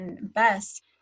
best